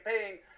campaign